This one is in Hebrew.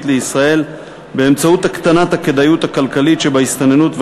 לישראל באמצעות הקטנת הכדאיות הכלכלית שבהסתננות,